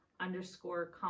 underscore